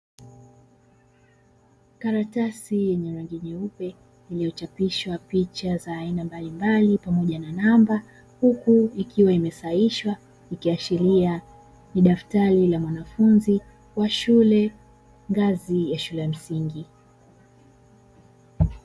Karatasi yenye rangi nyeupe iliyochapishwa picha za aina mbalimbali pamoja na namba, huku ikiwa imesahihishwa ikiashiria ni daftari la mwanafunzi wa shule ngazi shule ya msingi.